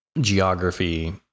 geography